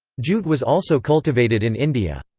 jute was also cultivated in india.